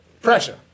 Pressure